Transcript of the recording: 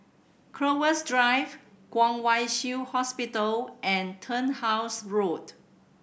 Crowhurst Drive Kwong Wai Shiu Hospital and Turnhouse Road